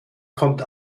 kommt